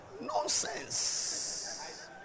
Nonsense